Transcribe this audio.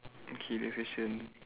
okay next question